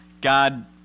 God